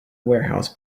warehouse